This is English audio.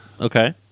Okay